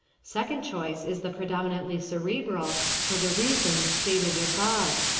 second choice is the predominantly cerebral, for the reasons stated above.